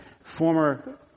former